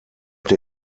der